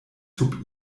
sub